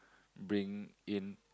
bring in